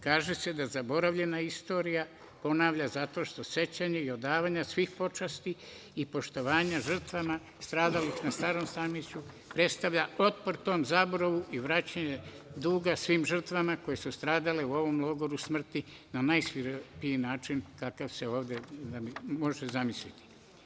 Kaže se da zaboravljena istorija ponavlja zato što sećanja i odavanje svih počasti, i poštovanja žrtvama stradalih na Starom Sajmištu, predstavlja otpor tom zaboravu i vraćanje duga svim žrtvama koje su stradale u ovom logoru smrti na najsvirepiji način, kakav se ovde može zamisliti.